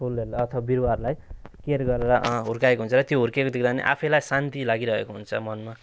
फुलहरूलाई अथवा बिरुवाहरूलाई केयर गरेर हुर्काएको हुन्छ र हुर्किएको देख्दा पनि आफैलाई शान्ति लागिरहेको हुन्छ मनमा